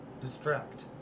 distract